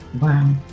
Wow